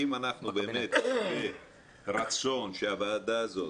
אם אנחנו באמת ברצון שהוועדה הזאת